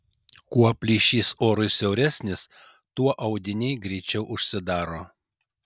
kuo plyšys orui siauresnis tuo audiniai greičiau užsidaro